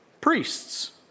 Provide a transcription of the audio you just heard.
Priests